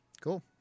Cool